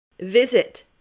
Visit